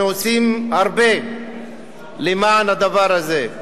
אנחנו עושים הרבה למען הדבר הזה.